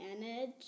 manage